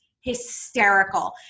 hysterical